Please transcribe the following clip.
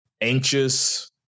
anxious